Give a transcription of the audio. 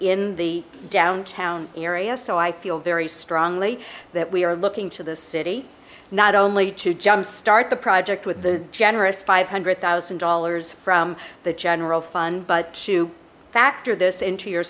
in the downtown area so i feel very strongly that we are looking to the city not only to jumpstart the project with the generous five hundred thousand dollars from the general fund but to factor this into your